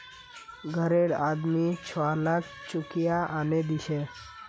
घररे आदमी छुवालाक चुकिया आनेय दीछे